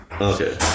Okay